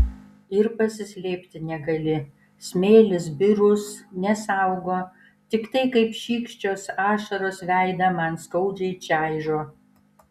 ir pasislėpti negali smėlis birus nesaugo tiktai kaip šykščios ašaros veidą man skaudžiai čaižo